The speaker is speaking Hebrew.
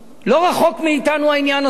לא רחוק מאתנו העניין הזה.